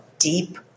deep